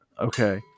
Okay